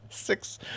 Six